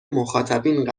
مخاطبین